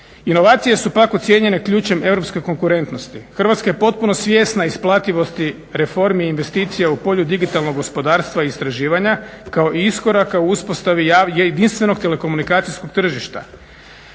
Inovacije su pak ocijenjene ključem europske konkurentnosti. Hrvatska je potpuno svjesna isplativosti reformi i investicija u polju digitalnog gospodarstva i istraživanja kao i iskoraka u uspostavi jedinstvenog telekomunikacijskog tržišta.